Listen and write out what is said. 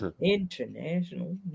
International